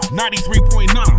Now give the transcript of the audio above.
93.9